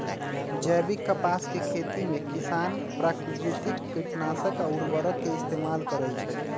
जैविक कपास के खेती में किसान प्राकिरतिक किटनाशक आ उरवरक के इस्तेमाल करई छई